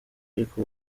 ariko